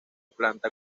planta